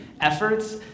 efforts